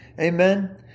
Amen